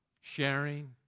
Sharing